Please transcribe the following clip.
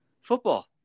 football